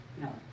No